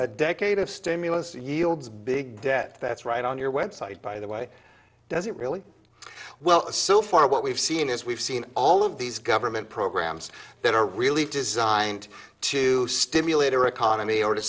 next decade of stimulus yields big debt that's right on your website by the way does it really well so far what we've seen is we've seen all of these government programs that are really designed to stimulate our economy or to